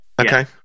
okay